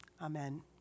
Amen